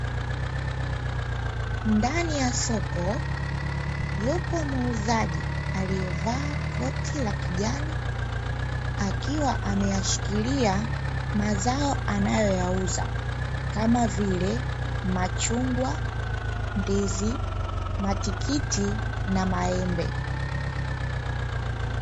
Ndani ya soko yupo muuzaji aliyevaa koti la kijani akiwa ameyashikilia mazao anayoyauza kama vile machungwa, ndizi, matikiti na maembe.